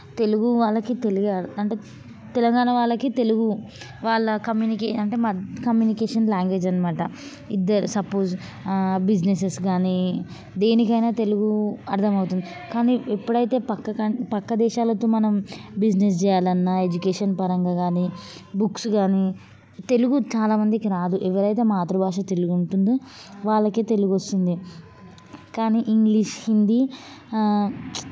తెలుగు వాళ్ళకి తెలియాలి అంటే తెలంగాణ వాళ్ళకి తెలుగు వాళ్ళ కమ్యూనికీ అంటే కమ్యూనికేషన్ లాంగ్వేజ్ అన్నమాట ఇద్దరు సపోస్ బిజినెసెస్ కానీ దేనికైనా తెలుగు అర్థం అవుతుంది కానీ ఎప్పుడైతే ప్రక్కకి ప్రక్క దేశాలతో మనం బిజినెస్ చేయాలన్నా ఎడ్యుకేషన్ పరంగా కానీ బుక్స్ కానీ తెలుగు చాలా మందికి రాదు ఎవరైతే మాతృభాష తెలుగు ఉంటుందో వాళ్ళకే తెలుగు వస్తుంది కానీ ఇంగ్లీష్ హిందీ